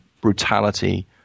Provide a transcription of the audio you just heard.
brutality